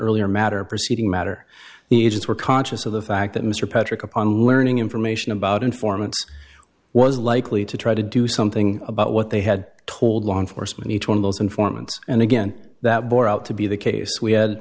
earlier matter proceeding matter the agents were conscious of the fact that mr patrick upon learning information about informants was likely to try to do something about what they had told law enforcement each one of those informants and again that bore out to be the case we had